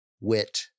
wit